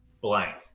blank